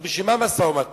אז בשביל מה משא-ומתן,